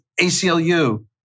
ACLU